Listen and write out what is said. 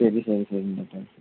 சரி சரி சரிங்க டாக்டர்